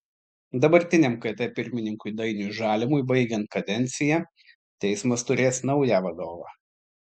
dabartiniam kt pirmininkui dainiui žalimui baigiant kadenciją teismas turės naują vadovą